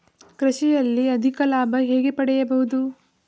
ಕೃಷಿಯಲ್ಲಿ ಅಧಿಕ ಲಾಭ ಹೇಗೆ ಪಡೆಯಬಹುದು?